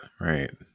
Right